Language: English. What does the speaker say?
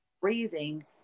breathing